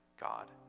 God